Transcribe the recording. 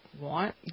want